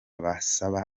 bazaba